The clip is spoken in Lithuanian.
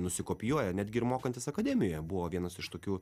nusikopijuoja netgi ir mokantis akademijoje buvo vienas iš tokių